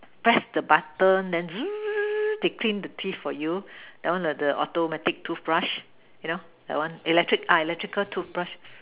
press the button then they clean the teeth for you that one the the automatic toothbrush you know that one electric electrical toothbrush